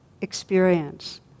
experience